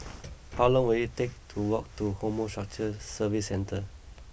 how long will it take to walk to Horticulture Services Centre